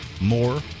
more